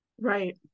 Right